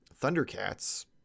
Thundercats